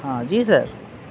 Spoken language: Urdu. ہاں جی سر